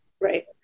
Right